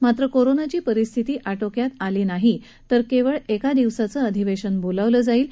मात्र कोरोनाची परिस्थिती आटोक्यात आलेली नसेल तर केवळ एक दिवसाचं अधिवेशन बोलावलं जाईल